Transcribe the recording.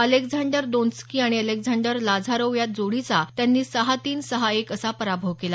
Alexander Donskoy आणि Alexander Lazarov या जोडीचा त्यांनी सहा तीन सहा एक असा पराभव केला